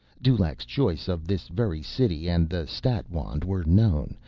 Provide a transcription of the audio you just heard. dulaq's choice of this very city and the stat-wand were known.